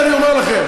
שקר וכזב,